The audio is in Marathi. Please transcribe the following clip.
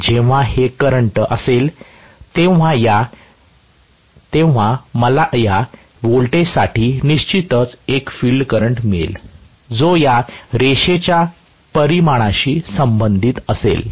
जेव्हा हे करंट असेल तेव्हा मला या व्होल्टेजसाठी निश्चितच एक फील्ड करंट मिळेल जो या रेषेच्या परिमाणाशी संबंधित असेल